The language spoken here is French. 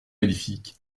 magnifique